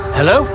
Hello